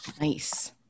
Nice